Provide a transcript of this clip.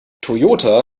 toyota